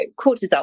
cortisol